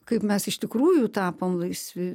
kaip mes iš tikrųjų tapom laisvi